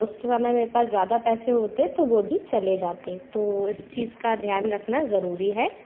उस समय मेरे पास ज़्यादा पैसे होते तो वह भी चले जाते तो इस चीज़ का ध्यान रखना ज़रूरी है